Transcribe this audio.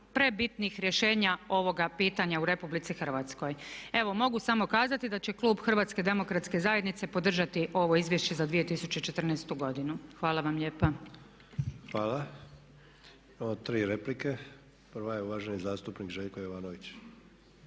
prebitnih rješenja ovoga pitanja u Republici Hrvatskoj. Evo mogu samo kazati da će klub Hrvatske demokratske zajednice podržati ovo izvješće za 2014. godinu. Hvala vam lijepa. **Sanader, Ante (HDZ)** Hvala. Imamo tri replike. Prva je uvaženi zastupnik Željko Jovanović.